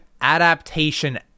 adaptation